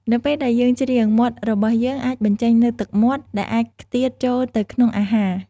នៅពេលដែលយើងច្រៀង មាត់របស់យើងអាចបញ្ចេញនូវទឹកមាត់ ដែលអាចខ្ទាតចូលទៅក្នុងអាហារ។